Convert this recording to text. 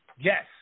Yes